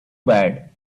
bad